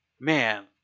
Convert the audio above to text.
man